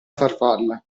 farfalla